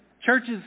churches